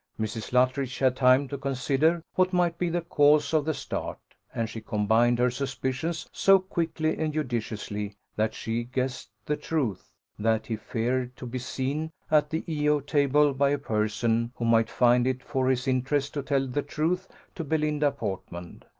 mrs. luttridge had time to consider what might be the cause of the start, and she combined her suspicions so quickly and judiciously that she guessed the truth that he feared to be seen at the e o table by a person who might find it for his interest to tell the truth to belinda portman.